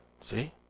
See